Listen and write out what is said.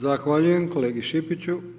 Zahvaljujem kolegi Šipiću.